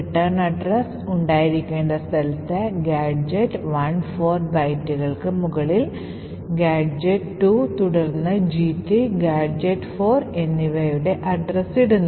മടക്ക വിലാസം ഉണ്ടായിരിക്കേണ്ട സ്ഥലത്ത് ഗാഡ്ജെറ്റ് 1 4 ബൈറ്റുകൾക്ക് മുകളിൽ ഗാഡ്ജെറ്റ് 2 തുടർന്ന് G3 ഗാഡ്ജെറ്റ് 4 എന്നിവയുടെ വിലാസം ഇടുന്നു